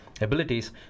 abilities